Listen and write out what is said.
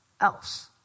else